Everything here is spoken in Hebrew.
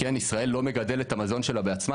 כן ישראל לא מגדלת את המזון בעצמה,